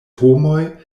homoj